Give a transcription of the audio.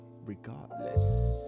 Regardless